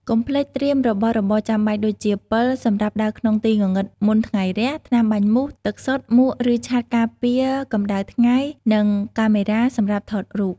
កុំភ្លេច ត្រៀមរបស់របរចាំបាច់ ដូចជាពិលសម្រាប់ដើរក្នុងទីងងឹតមុនថ្ងៃរះ, ថ្នាំបាញ់មូស, ទឹកសុទ្ធ, មួក ឬឆ័ត្រការពារកម្ដៅថ្ងៃ, និងកាមេរ៉ា សម្រាប់ថតរូប។